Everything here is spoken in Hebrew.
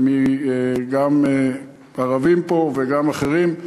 גם ערבים וגם אחרים.